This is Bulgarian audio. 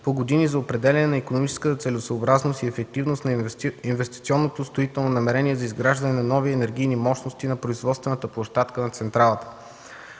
по години за определяне на икономическата целесъобразност и ефективност на инвестиционното строително намерение за изграждане на нови енергийни мощности на производствената площадка на централата.